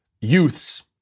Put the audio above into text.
youths